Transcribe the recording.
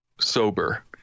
sober